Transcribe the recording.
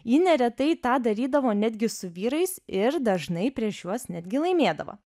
ji neretai tą darydavo netgi su vyrais ir dažnai prieš juos netgi laimėdavo